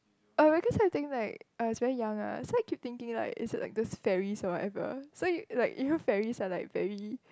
oh because I think like I was very young ah so I keep thinking like is it like those faries or whatever so you like you know faries are like very